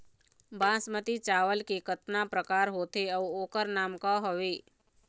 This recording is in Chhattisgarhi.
बासमती चावल के कतना प्रकार होथे अउ ओकर नाम क हवे?